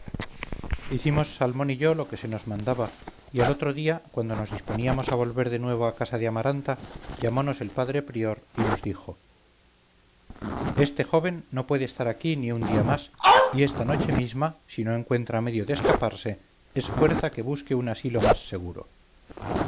hicimos salmón y yo lo que se nos mandaba y al otro día cuando nos disponíamos a volver de nuevo a casa de amaranta llamonos el padre prior y nos dijo este joven no puede estar aquí ni un día más y esta noche misma si no encuentra medio de escaparse es fuerza que busque un asilo más seguro